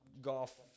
golf